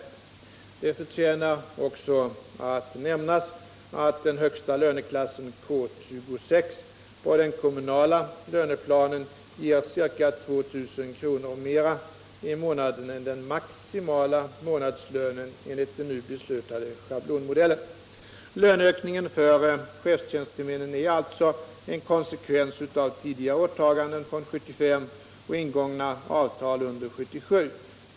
Det förtjänar också att nämnas att den högsta löneklassen på den kommunala löneplanen ger ca 2000 kr. mer i månaden än den maximala månadslönen enligt den nu beslutade schablonmodellen. Löneökningen för chefstjänstemännen är alltså en konsekvens av tidigare åtaganden från 1975 och ingångna avtal under 1977.